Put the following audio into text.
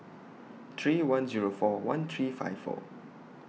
three one Zero four one three five four